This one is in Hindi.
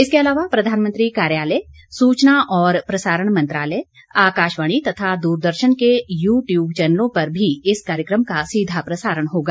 इसके अलावा प्रधानमंत्री कार्यालय सूचना और प्रसारण मंत्रालय आकाशवाणी तथा दूरदर्शन के यूट्यूब चैनलों पर भी इस कार्यक्रम का सीधाप्रसारण होगा